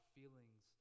feelings